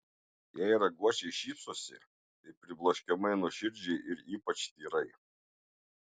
jei raguočiai šypsosi tai pribloškiamai nuoširdžiai ir ypač tyrai